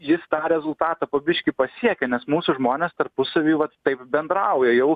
jis tą rezultatą po biškį pasiekia nes mūsų žmonės tarpusavy vat taip bendrauja jau